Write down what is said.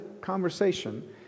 conversation